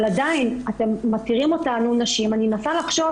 אבל עדיין אתם מכירים אותנו אני מנסה לחשוב